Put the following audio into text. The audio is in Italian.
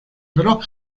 però